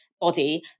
body